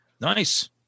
Nice